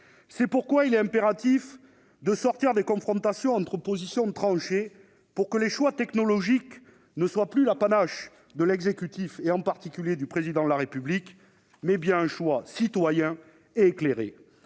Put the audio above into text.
C'est pourquoi il est impératif de sortir des confrontations entre positions tranchées pour que les choix technologiques ne soient plus l'apanage de l'exécutif, en particulier du Président de la République, mais qu'ils résultent bien d'un choix citoyen éclairé.